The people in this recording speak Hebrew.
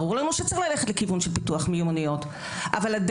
ברור לנו שצריך ללכת לכיוון של פיתוח מיומנויות,